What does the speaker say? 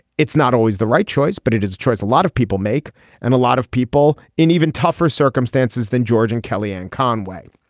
it's not always the right choice but it is a choice a lot of people make and a lot of people in even tougher circumstances than george and kellyanne conway.